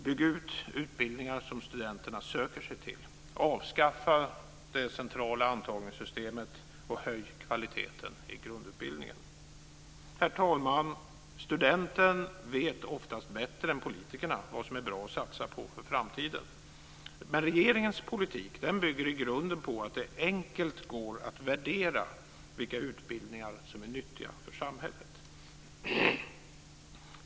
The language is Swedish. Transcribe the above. Bygg ut de utbildningar som studenterna söker sig till, avskaffa det centrala antagningssystemet och höj kvaliteten i grundutbildningen. Herr talman! Studenten vet oftast bättre än politikerna vad som är bra att satsa på för framtiden. Men regeringens politik bygger i grunden på att det enkelt går att värdera vilka utbildningar som är nyttiga för samhället.